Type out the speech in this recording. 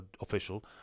official